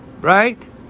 Right